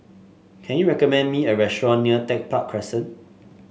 can you recommend me a restaurant near Tech Park Crescent